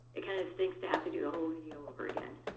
it kind of stinks to have to do the whole video over again,